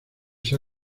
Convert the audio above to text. sea